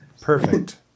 Perfect